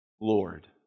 Lord